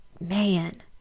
Man